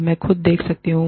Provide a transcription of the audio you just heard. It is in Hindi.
मैं खुद देख सकता हूं